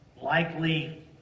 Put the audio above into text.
likely